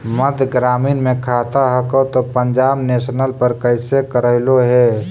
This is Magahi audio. मध्य ग्रामीण मे खाता हको तौ पंजाब नेशनल पर कैसे करैलहो हे?